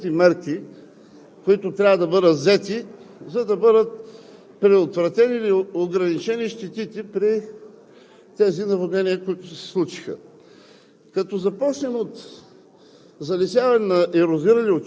си направих труда да изчета доста от превантивните мерки, които трябва да бъдат взети, за да бъдат предотвратени или ограничени щетите при тези наводнения, които се случиха